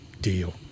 deal